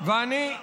הינה,